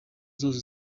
zose